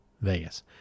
Vegas